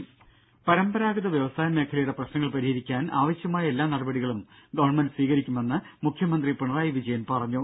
രംഭ പരമ്പരാഗത വ്യവസായ മേഖലയുടെ പ്രശ്നങ്ങൾ പരിഹരിക്കാൻ ആവശ്യമായ എല്ലാ നടപടികളും ഗവൺമെന്റ് സ്വീകരിക്കുമെന്ന് മുഖ്യമന്ത്രി പിണറായി വിജയൻ പറഞ്ഞു